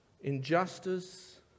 injustice